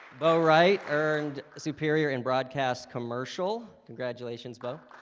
beau wright earned superior in broadcast commercial. congratulations beau